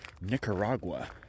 Nicaragua